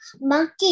monkey